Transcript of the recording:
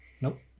Nope